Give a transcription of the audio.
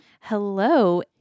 Hello